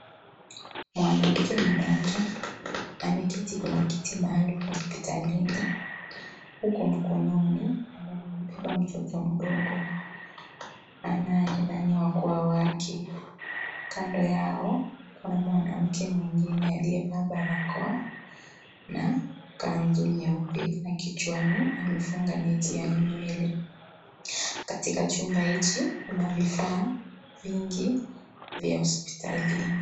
Mwanamke mmoja ameketi kwenye kiti maalum hospitalini huku mkononi amebeba mtoto mdogo anayedhaniwa kuwa wake. Kando yao kuna mwanamke mwingine aliyevaa barakoa na kanzu nyeupe na kichwani amefunga neti ya nywele. Katika chumba hichi kuna vifaa vingi vya hospitalini.